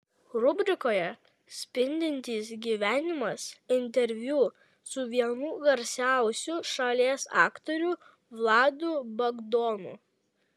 rubrikoje spindintis gyvenimas interviu su vienu garsiausių šalies aktorių vladu bagdonu